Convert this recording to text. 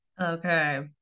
Okay